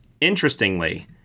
interestingly